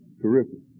terrific